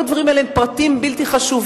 וכל הפרטים האלה הם פרטים בלתי חשובים,